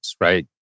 right